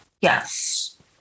Yes